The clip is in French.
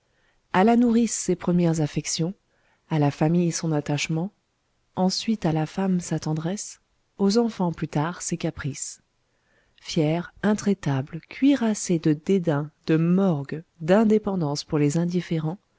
a la nourrice ses premières affections à la famille son attachement ensuite à la femme sa tendresse aux enfants plus tard ses caprices fiers intraitables cuirassés de dédain de morgue d'indépendance pour les indifférents